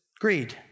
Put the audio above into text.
greed